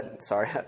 Sorry